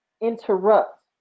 interrupt